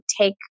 take